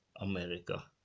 america